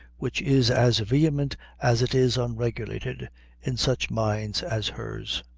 which is as vehement as it is unregulated in such minds as hers.